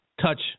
touch